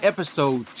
Episode